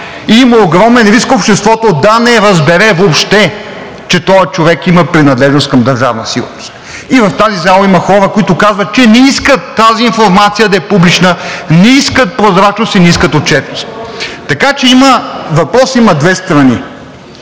има огромен риск обществото да не разбере въобще, че този човек има принадлежност към Държавна сигурност. И в тази зала има хора, които казват, че не искат тази информация да е публична, не искат прозрачност и не искат отчетност. Въпросът има две страни.